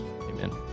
Amen